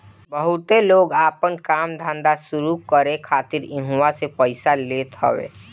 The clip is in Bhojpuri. बहुते लोग आपन काम धंधा शुरू करे खातिर इहवा से पइया लेत हवे